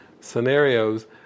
scenarios